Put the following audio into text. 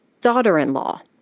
daughter-in-law